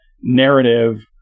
narrative